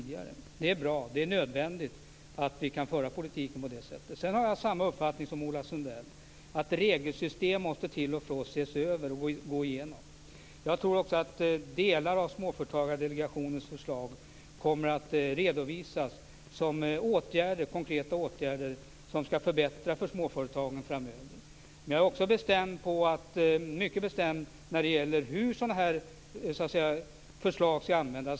Det är bra, och det är nödvändigt att vi kan föra politiken på det sättet. Jag har samma uppfattning som Ola Sundell. Regelsystem måste till och från ses över och gås igenom. Jag tror också att delar av Småföretagsdelegationens förslag kommer att redovisas som konkreta åtgärder som skall förbättra för småföretagen framöver. Jag är också mycket bestämd när det gäller hur sådana förslag skall användas.